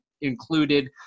included